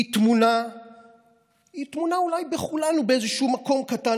היא טמונה אולי בכולנו באיזשהו מקום קטן,